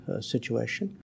situation